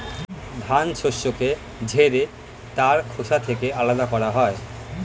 ধান শস্যকে ঝেড়ে তার খোসা থেকে আলাদা করা হয়